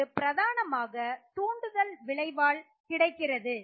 இது பிரதானமாக தூண்டுதல் விளைவால் கிடைக்கிறது